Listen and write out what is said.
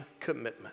commitment